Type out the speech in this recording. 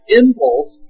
impulse